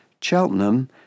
Cheltenham